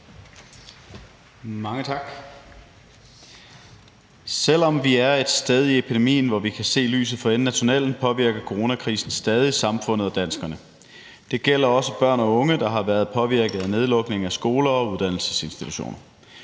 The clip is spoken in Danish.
Mange tak. Selv om vi er et sted i epidemien, hvor vi kan se lyset for enden af tunnellen, påvirker coronakrisen stadig samfundet og danskerne. Det gælder også børn og unge, der har været påvirket af nedlukningen af skoler og uddannelsesinstitutioner.